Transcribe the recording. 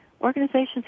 organizations